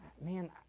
Man